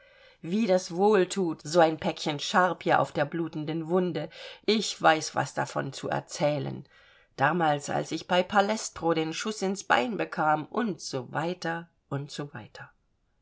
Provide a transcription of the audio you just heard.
wie das wohl thut so ein päckchen charpie auf der blutenden wunde ich weiß was davon zu erzählen damals als ich bei palestro den schuß ins bein bekam u s w u s